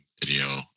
video